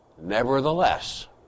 Nevertheless